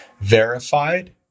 verified